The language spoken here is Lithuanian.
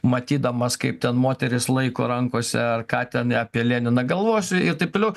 matydamas kaip ten moteris laiko rankose ar ką ten apie leniną galvosiu i taip toliau